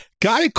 Guy